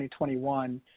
2021